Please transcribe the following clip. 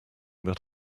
that